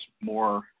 more